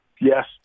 yes